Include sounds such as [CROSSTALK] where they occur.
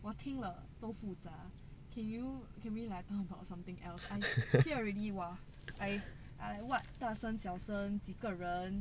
[LAUGHS]